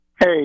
Hey